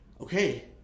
okay